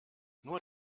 nur